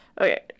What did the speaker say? Okay